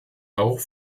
auch